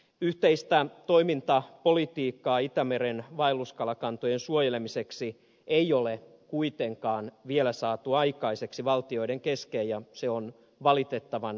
yhteistä toimintapolitiikkaa itämeren vaelluskalakantojen suojelemiseksi ei ole kuitenkaan vielä saatu aikaiseksi valtioiden kesken ja se on valitettavan suuri puute